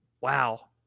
wow